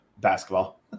basketball